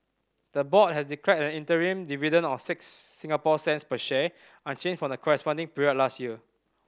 the board has declared an interim dividend of six Singapore cents per share unchanged from the corresponding period last year